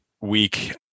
week